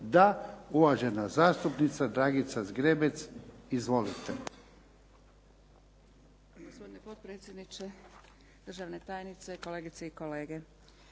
Da. Uvažena zastupnica Dragica Zgrebec. Izvolite.